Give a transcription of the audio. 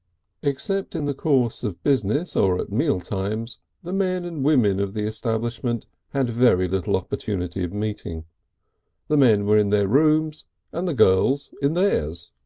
except in the course of business or at meal times the men and women of the establishment had very little opportunity of meeting the men were in their rooms and the girls in theirs.